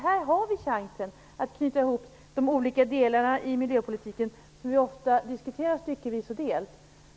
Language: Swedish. Här har vi chansen att knyta ihop de olika delarna i miljöpolitiken. Den diskuteras ju ofta styckevis och delt.